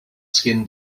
skin